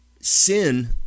Sin